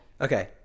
okay